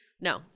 No